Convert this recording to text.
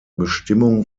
bestimmung